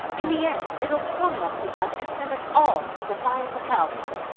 in the end, it'll torment us to death and send us all to the fires of hell. yeah.